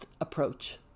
approach